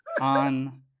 on